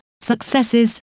successes